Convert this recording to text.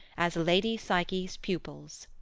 as lady psyche's pupils